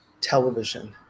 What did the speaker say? television